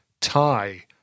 tie